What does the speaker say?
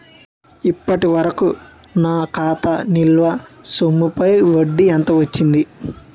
ఇప్పటి వరకూ నా ఖాతా నిల్వ సొమ్ముపై వడ్డీ ఎంత వచ్చింది?